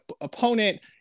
opponent